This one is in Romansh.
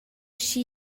aschi